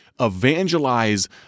evangelize